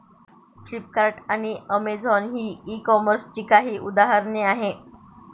Flipkart आणि Amazon ही e कॉमर्सची काही उदाहरणे आहे